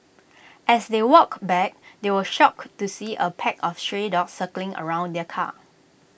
as they walked back they were shocked to see A pack of stray dogs circling around their car